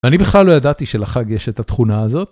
אני בכלל לא ידעתי שלחג יש את התכונה הזאת.